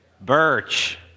Birch